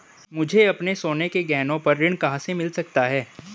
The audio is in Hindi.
मुझे अपने सोने के गहनों पर ऋण कहां से मिल सकता है?